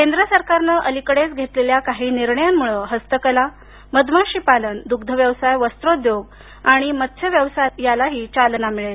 केंद्र सरकारनं अलिकडेच घेतलेल्या काही निर्णयांमुळे हस्तकला मधमाशीपालन दुग्धव्यवसाय वस्त्रोद्योग आणि मत्स्यव्यवसायालाही चालना मिळेल